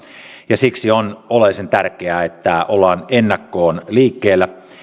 ja siksi on oleellisen tärkeää että ollaan ennakkoon liikkeellä